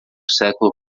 século